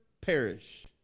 perish